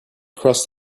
crossed